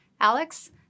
Alex